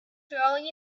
swirling